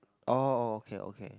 oh oh okay okay